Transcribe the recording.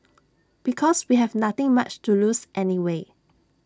because we have nothing much to lose anyway